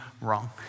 wrong